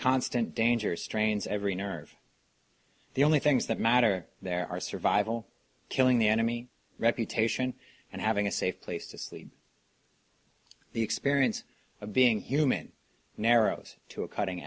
constant danger strains every nerve the only things that matter there are survival killing the enemy reputation and having a safe place to sleep the experience of being human narrows to a cutting